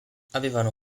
avevano